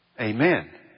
amen